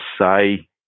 say